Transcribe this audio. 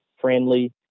friendly